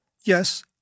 Yes